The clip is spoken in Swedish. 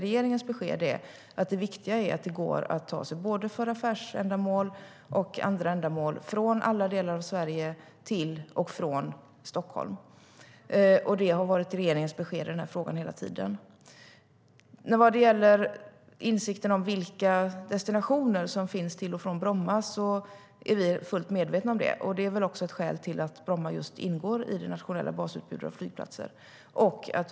Regeringens besked är att det viktiga är att det både för affärsändamål och för andra ändamål går att ta sig från alla delar av Sverige till Stockholm. Det har varit regeringens besked i den här frågan hela tiden. När det gäller vilka destinationer som finns till och från Bromma är vi fullt medvetna om det. Det är också ett skäl till att Bromma ingår i det nationella basutbudet av flygplatser.